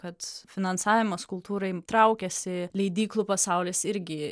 kad finansavimas kultūrai traukiasi leidyklų pasaulis irgi